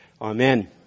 Amen